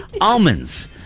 almonds